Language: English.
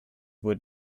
were